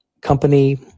company